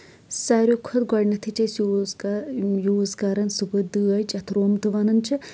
ساروی کھۄتہٕ گۄڈٕنیتھٕے چھِ أسۍ یوٗز کران سُہ گوٚو دٲج یَتھ رُم تہِ وَنان چھِ